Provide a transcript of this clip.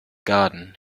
garden